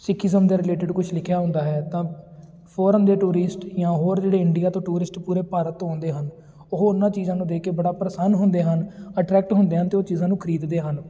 Sikhism ਦੇ related ਕੁਛ ਲਿਖਿਆ ਹੁੰਦਾ ਹੈ ਤਾਂ ਫੋਰਨ ਦੇ ਟੂਰਿਸਟ ਜਾਂ ਹੋਰ ਜਿਹੜੇ ਇੰਡੀਆ ਤੋਂ ਟੂਰਿਸਟ ਪੂਰੇ ਭਾਰਤ ਤੋਂ ਆਉਂਦੇ ਹਨ ਉਹ ਉਹਨਾਂ ਚੀਜ਼ਾਂ ਨੂੰ ਕੇ ਬੜਾ ਪ੍ਰਸੰਨ ਹੁੰਦੇ ਹਨ ਅਟਰੈਕਟ ਹੁੰਦੇ ਹਨ ਅਤੇ ਉਹ ਚੀਜ਼ਾਂ ਨੂੰ ਖਰੀਦਦੇ ਹਨ